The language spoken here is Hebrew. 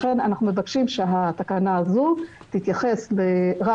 לכן אנחנו מבקשים שהתקנה הזאת תתייחס רק